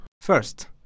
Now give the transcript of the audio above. First